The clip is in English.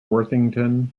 worthington